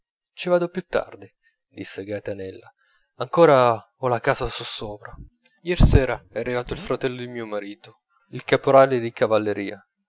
ci vado più tardi disse gaetanella ancora ho la casa sossopra iersera è arrivato il fratello di mio marito il caporale di cavalleria